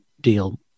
deal